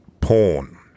porn